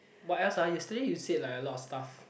what else ah yesterday you said like a lot of stuffs